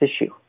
issue